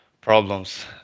problems